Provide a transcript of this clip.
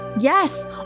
Yes